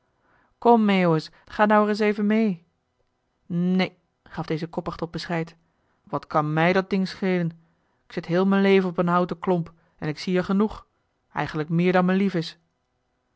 kom meeuwis ga nou ereis even mee neen gaf deze koppig tot bescheid wat kan mij dat ding schelen k zit heel m'n leven op n houten klomp en ik zie er genoeg eigenlijk meer dan me